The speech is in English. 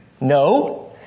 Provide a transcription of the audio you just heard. No